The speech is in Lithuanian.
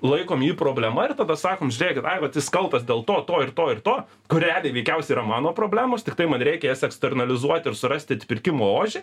laikom jį problema ir tada sakom žiūrėkit ai vat jis kaltas dėl to to ir to ir to kur realiai veikiausiai yra mano problemos tiktai man reikia jas ekstarnalizuoti ir surasti atpirkimo ožį